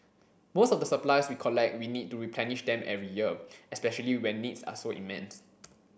most of the supplies we collect we need to replenish them every year especially when needs are so immense